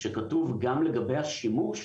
שכתוב "..גם לגבי השימוש,